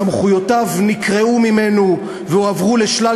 סמכויותיו נקרעו ממנו והועברו לשלל